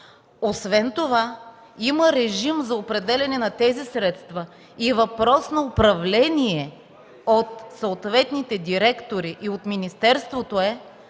Освен това има режим за определяне на тези средства и въпрос на управление от съответните директори и от министерството е,